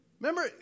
Remember